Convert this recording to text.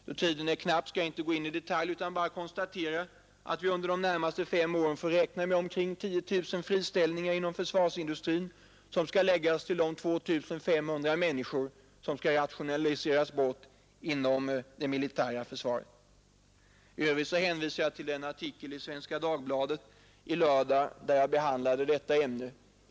Då tiden är knapp skall jag inte gå in på detaljer utan bara konstatera att vi under de närmaste fem åren får räkna med omkring 10 000 friställningar inom försvarsindustrin, vilket skall läggas till de 2 500 människor som skall rationaliseras bort inom det militära försvaret. I övrigt hänvisar jag till den artikel i Svenska Dagbladet i lördags där jag behandlade detta ämne.